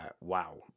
wow